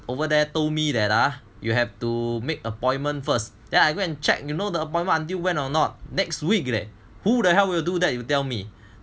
over there told me that ah you have to make appointment first then I go and check you know the appointment until when or not next week leh who the hell will do that you tell me